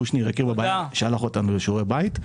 קושניר הכיר בבעיה, שלח אותנו לשיעורי בית.